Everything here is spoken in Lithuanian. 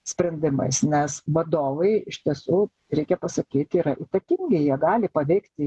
sprendimais nes vadovai iš tiesų reikia pasakyt yra įtakingi jie gali paveikti